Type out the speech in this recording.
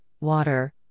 water